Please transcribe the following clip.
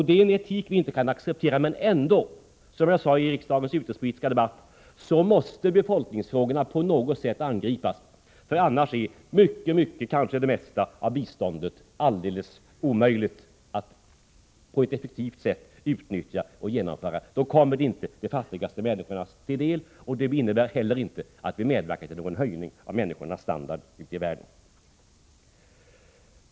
Det är en etik vi inte kan acceptera, men ändå, som jag sade i riksdagens utrikespolitiska debatt, måste befolkningsfrågorna på något sätt angripas; annars är mycket, kanske det mesta, av biståndet nästan meningslöst. Då kommer inte de fattigaste människorna att få hjälp, och det innebär heller inte att vi medverkar till någon höjning av människornas standard ute i världen.